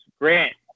Grant